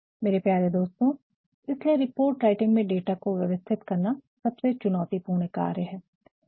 मेरे प्यारे दोस्तों इसीलिए रिपोर्ट राइटिंग में डाटा को व्यवस्थित करना सबसे चुनौतीपूर्ण कार्य है